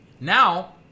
Now